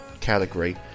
category